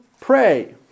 pray